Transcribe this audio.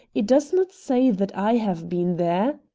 it does not say that i have been there.